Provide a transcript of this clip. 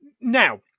Now